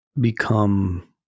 become